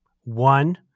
one